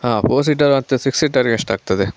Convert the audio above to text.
ಹಾಂ four seater ಮತ್ತು six ಸೀಟರ್ಗೆ ಎಷ್ಟಾಗ್ತದೆ